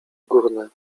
górne